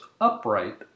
upright